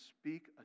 speak